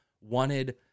wanted